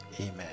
Amen